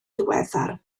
ddiweddar